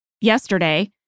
yesterday